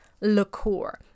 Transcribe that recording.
Liqueur